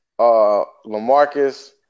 LaMarcus